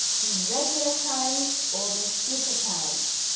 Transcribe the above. the regular challenge or the super challenge.